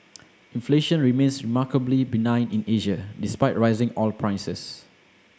inflation remains remarkably benign in Asia despite rising oil prices